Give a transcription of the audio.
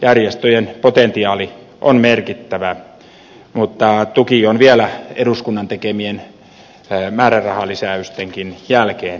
maanpuolustusjärjestöjen potentiaali on merkittävä mutta tuki on vielä eduskunnan tekemien määrärahalisäystenkin jälkeen riittämätön